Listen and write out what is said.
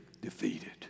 defeated